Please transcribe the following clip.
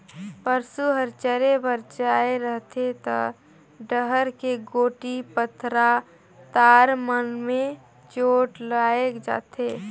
पसू हर चरे बर जाये रहथे त डहर के गोटी, पथरा, तार मन में चोट लायग जाथे